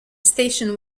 station